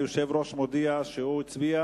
היושב-ראש מודיע שהוא הצביע